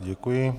Děkuji.